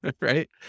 Right